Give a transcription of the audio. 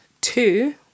two